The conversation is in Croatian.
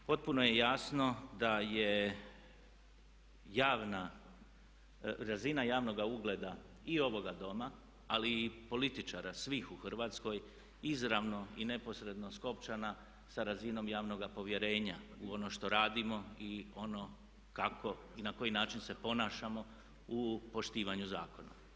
Potpuno je jasno da je razina javnoga ugleda i ovoga Doma ali i političara svih u Hrvatskoj izravno i neposredno skopčana sa razinom javnoga povjerenja u ono što radimo i ono kako i na koji način se ponašamo u poštivanju zakona.